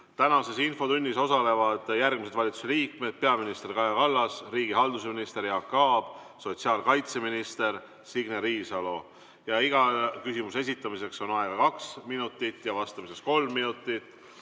Tänases infotunnis osalevad järgmised valitsusliikmed: peaminister Kaja Kallas, riigihalduse minister Jaak Aab ja sotsiaalkaitseminister Signe Riisalo. Iga küsimuse esitamiseks on aega kaks minutit, vastamiseks kolm minutit.